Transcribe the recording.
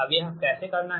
अब यह कैसे करना है